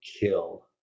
kill